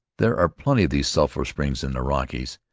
there are plenty of these sulphur-springs in the rockies,